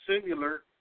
similar